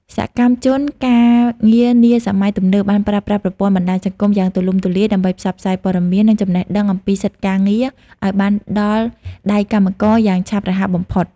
សកម្មជនការងារនាសម័យទំនើបបានប្រើប្រាស់ប្រព័ន្ធបណ្តាញសង្គមយ៉ាងទូលំទូលាយ ដើម្បីផ្សព្វផ្សាយព័ត៌មាន និងចំណេះដឹងអំពីសិទ្ធិការងារឱ្យបានដល់ដៃកម្មករបានយ៉ាងឆាប់រហ័សបំផុត។